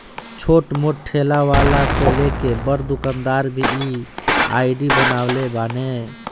छोट मोट ठेला वाला से लेके बड़ दुकानदार भी इ आई.डी बनवले बाने